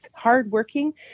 hardworking